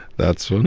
that's